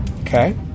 okay